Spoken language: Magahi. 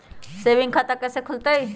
सेविंग खाता कैसे खुलतई?